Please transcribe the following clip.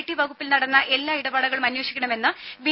T വകുപ്പിൽ നടന്ന എല്ലാ ഇടപാടുകളും അന്വേഷിക്കണമെന്ന് ബി